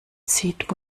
zieht